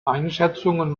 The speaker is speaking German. einschätzungen